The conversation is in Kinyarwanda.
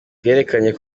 bwerekanye